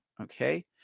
Okay